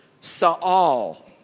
sa'al